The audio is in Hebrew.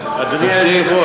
תמשיך,